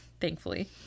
thankfully